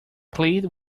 plead